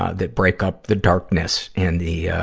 ah that break up the darkness and the,